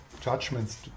judgments